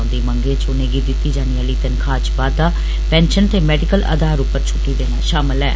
उन्दी मंगें च उनेंगी दित्ती जाने आली तनखाई च बाद्दा पैंशन ते मैडिकल अधार उप्पर छुट्टी देना शामल रे